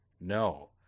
No